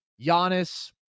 Giannis